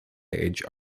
age